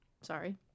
Sorry